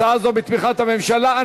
הצעה זו, בתמיכת הממשלה.